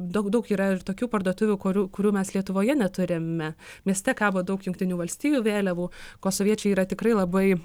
daug daug yra ir tokių parduotuvių kurių kurių mes lietuvoje neturime mieste kabo daug jungtinių valstijų vėliavų kosoviečiai yra tikrai labai